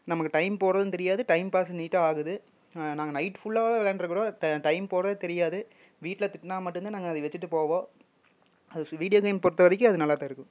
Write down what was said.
நமக்கு டைம் போவதும் தெரியாது டைம் பாஸ்ஸும் நீட்டாக ஆகுது நாங்கள் நைட் ஃபுல்லாகவே விளையாண்டுருக்குறோம் ட டைம் போவதே தெரியாது வீட்டில் திட்டினா மட்டும்தான் நாங்கள் அதை வைச்சிட்டு போவோம் அது வீடியோ கேம் பொறுத்த வரைக்கும் அது நல்லா தான் இருக்கும்